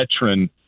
veteran